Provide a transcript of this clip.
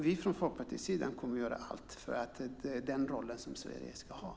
Vi från Folkpartiets sida kommer att göra allt för att Sverige ska ha den rollen.